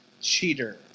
cheater